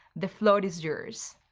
the floor is yours.